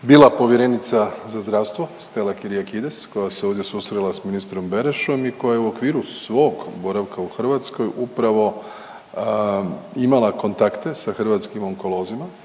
bila povjerenica za zdravstvo Stella Kyriakides koja se ovdje susrela s ministrom Berošom i koja je u okviru svog boravka u Hrvatskoj upravo imala kontakte sa hrvatskim onkolozima.